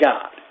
God